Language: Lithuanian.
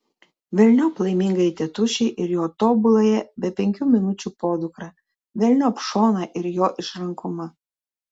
velniop laimingąjį tėtušį ir jo tobuląją be penkių minučių podukrą velniop šoną ir jo išrankumą